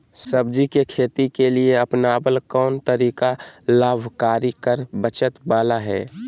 सब्जी के खेती के लिए अपनाबल कोन तरीका लाभकारी कर बचत बाला है?